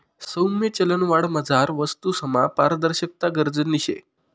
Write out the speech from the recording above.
सौम्य चलनवाढमझार वस्तूसमा पारदर्शकता गरजनी शे